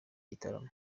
gitaramo